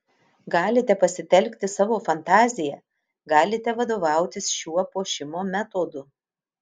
galite pasitelkti savo fantaziją galite vadovautis šiuo puošimo metodu